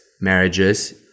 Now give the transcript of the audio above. marriages